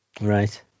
Right